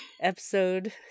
episode